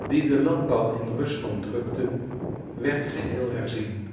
die den landbouw in rusland drukten werd geheel herzien